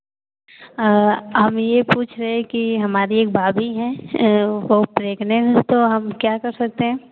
आ हम यह पूछ रहे हैं कि हमारी एक भाभी हैं वह प्रेग्नैंट हैं तो हम क्या कर सकते हैं